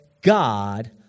God